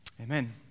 Amen